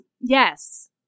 Yes